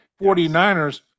49ers